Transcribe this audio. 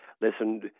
listen